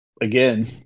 again